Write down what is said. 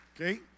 Okay